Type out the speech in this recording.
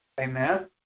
Amen